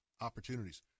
opportunities